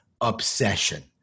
obsession